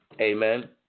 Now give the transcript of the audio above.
Amen